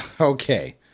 okay